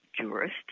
jurist